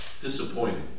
disappointing